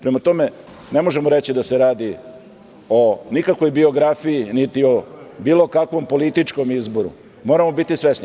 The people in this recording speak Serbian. Prema tome, ne možemo reći da se radi ni o kakvoj biografiji, niti o bilo kakvom političkom izboru, moramo biti svesni.